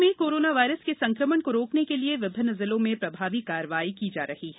प्रदेश में corona virus के संक्रमण को रोकने के लिये विभिन्न जिलों में प्रभावी कार्यवाही की जा रही है